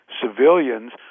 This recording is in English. civilians